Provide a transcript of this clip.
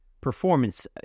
performance